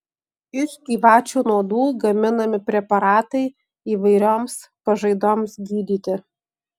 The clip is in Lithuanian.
iš gyvačių nuodų gaminami preparatai įvairioms pažaidoms gydyti